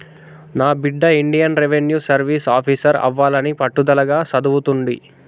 నా బిడ్డ Indian revenue service officer అవ్వాలని పట్టుదలగా సదువుతుంది